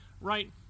right